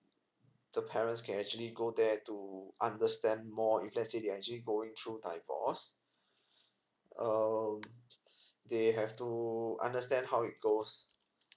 the parents can actually go there to understand more if let's say they actually going through divorce um they have to understand how it goes